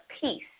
peace